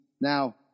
Now